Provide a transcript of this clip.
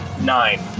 nine